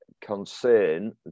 concern